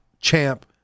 champ